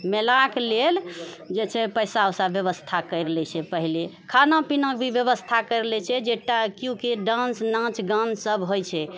मेलाकेँ लेल जे छै पैसा उइसा व्यवस्था करि लए छिऐ पहिले खाना पीना कऽ भी व्यवस्था करि लए छिऐ जे टा केओ केओ डान्स नाच गान सभ होइत छै